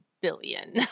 billion